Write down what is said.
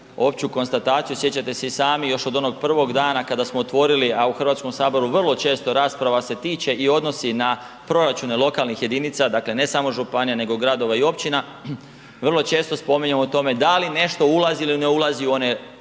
opću konstataciju, sjećate se i sami još od onog prvog dana kada smo otvorili, a u Hrvatskom saboru vrlo često rasprava se tiče i odnosi na proračune lokalnih jedinica, dakle ne samo županija nego gradova i općina, vrlo često spominjemo o tome da li nešto ulazi ili ne ulazi u one omjere,